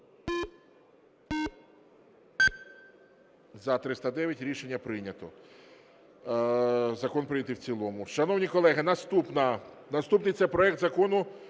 За-309 Рішення прийнято. Закон прийнятий в цілому. Шановні колеги, наступне. Наступний це проект Закону